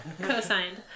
Co-signed